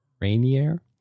Rainier